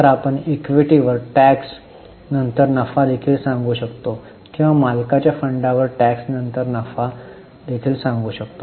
तर आपण इक्विटीवर टॅक्स नंतर नफा देखील सांगू शकतो किंवा मालकाच्या फंडावर टॅक्स नंतर नफा सांगू शकतो